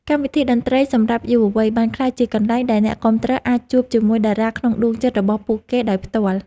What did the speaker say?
កម្មវិធីតន្ត្រីសម្រាប់យុវវ័យបានក្លាយជាកន្លែងដែលអ្នកគាំទ្រអាចជួបជាមួយតារាក្នុងដួងចិត្តរបស់ពួកគេដោយផ្ទាល់។